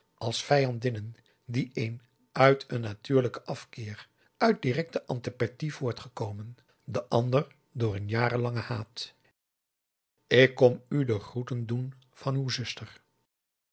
als vijandinnen de een uit een natuurlijken afkeer uit directe antipathie voortgekomen de ander door een jarenlangen haat ik kom u de groeten doen van uw zuster